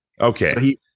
Okay